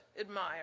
admire